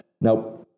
Now